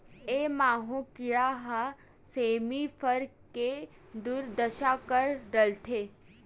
ए माहो कीरा ह सेमी फर के दुरदसा कर डरथे